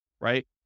right